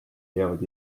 jäävad